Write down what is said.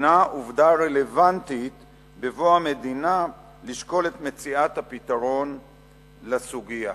הינה עובדה רלוונטית בבוא המדינה לשקול את מציאת הפתרון לסוגיה".